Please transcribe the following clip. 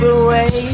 away